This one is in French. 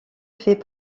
fait